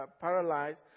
paralyzed